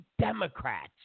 Democrats